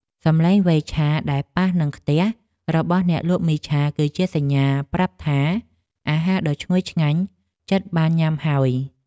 សំឡេងវែកដែកប៉ះនឹងខ្ទះរបស់អ្នកលក់មីឆាគឺជាសញ្ញាប្រាប់ថាអាហារដ៏ឈ្ងុយឆ្ងាញ់ជិតបានញ៉ាំហើយ។